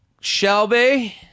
Shelby